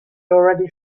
already